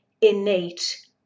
innate